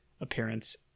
appearance